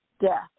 death